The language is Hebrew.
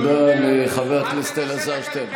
תודה לחבר הכנסת אלעזר שטרן.